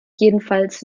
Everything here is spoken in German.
jedenfalls